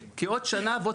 לחיילים.